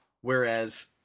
Whereas